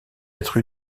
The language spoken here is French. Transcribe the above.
être